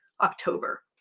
October